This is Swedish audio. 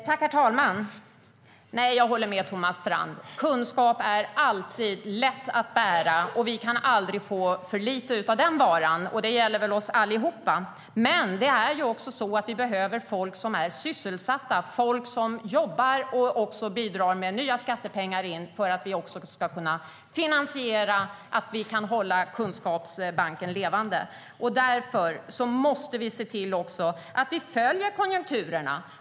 Herr talman! Jag håller med Thomas Strand om att kunskap alltid är lätt att bära, och vi kan aldrig få för mycket av den varan. Det gäller väl oss alla. Vi behöver dock även folk som är sysselsatta, som jobbar och bidrar med nya skattepengar för att vi ska kunna finansiera och hålla kunskapsbanken levande. Därför måste vi se till att följa konjunkturerna.